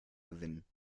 gewinnen